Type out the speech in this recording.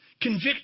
Convict